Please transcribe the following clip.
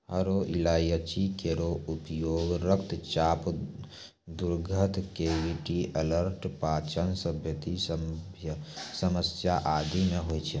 हरो इलायची केरो उपयोग रक्तचाप, दुर्गंध, कैविटी अल्सर, पाचन संबंधी समस्या आदि म होय छै